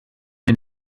den